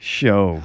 show